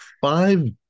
five